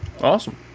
Awesome